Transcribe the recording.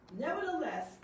Nevertheless